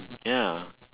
ya